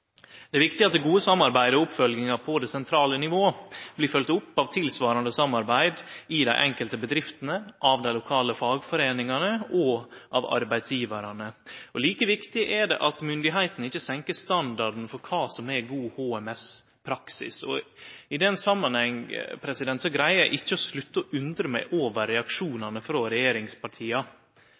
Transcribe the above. Det er viktig at det gode samarbeidet og oppfølginga på det sentrale nivået blir følgt opp av tilsvarande samarbeid i dei enkelte bedriftene, av dei lokale fagforeiningane og av arbeidsgjevarane. Like viktig er det at myndigheitene ikkje senkar standarden for kva som er god HMT-praksis. I den samanheng greier eg ikkje å slutte å undre meg over reaksjonane frå regjeringspartia